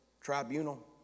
tribunal